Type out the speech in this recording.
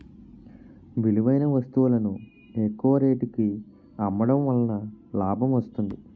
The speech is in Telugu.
విలువైన వస్తువులను ఎక్కువ రేటుకి అమ్మడం వలన లాభం వస్తుంది